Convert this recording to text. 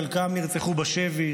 חלקם נרצחו בשבי,